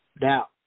Now